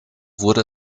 wurde